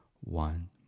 one